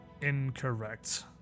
incorrect